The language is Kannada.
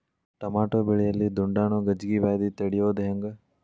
ಟಮಾಟೋ ಬೆಳೆಯಲ್ಲಿ ದುಂಡಾಣು ಗಜ್ಗಿ ವ್ಯಾಧಿ ತಡಿಯೊದ ಹೆಂಗ್?